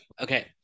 Okay